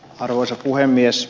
arvoisa puhemies